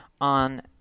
on